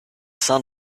sun